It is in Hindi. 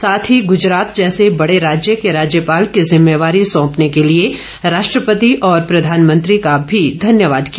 साथ ही ग्जरात जैसे बड़े राज्य के राज्यपाल की जिम्मेवारी सौंपने के लिए राष्ट्रपति और प्रधानमंत्री का भी धन्यवाद किया